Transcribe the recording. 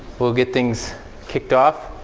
we'll get things kicked off.